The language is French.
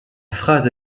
phrase